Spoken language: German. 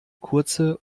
kurze